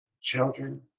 children